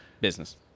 business